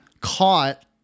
caught